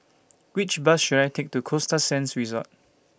Which Bus should I Take to Costa Sands Resort